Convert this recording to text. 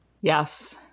Yes